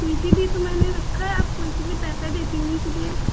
तो इसीलिए तो मैंने रखा है आपको इसीलिए पैसा देती हूँ इसीलिए